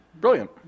brilliant